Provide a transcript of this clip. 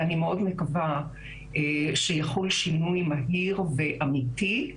אני מאוד מקווה שיחול שינוי מהיר ואמיתי,